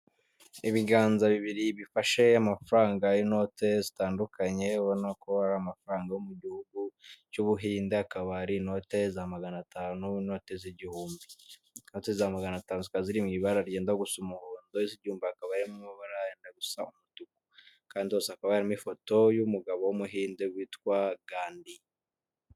Ibiganza bibiri bifashe amafaranga y'inote zitandukanye, ubona ko ari amafaranga yo mu gihugu cy'Ubuhinde, akaba ari inote za magana atanu n'inote z'igihumbi. Inote za magana atanu zikaba ziri mu ibara ryenda gusa umuhondo, iz'igihumbi hakaba harimo amabara yenda gusa umutuku. Kandi hose akaba harimo ifoto y'umugabo w'Umuhinde witwa Gandi.